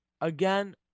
again